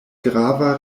grava